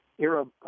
Arab